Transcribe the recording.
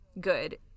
good